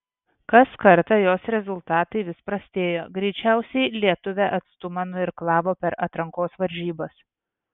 kas kartą jos rezultatai vis prastėjo greičiausiai lietuvė atstumą nuirklavo per atrankos varžybas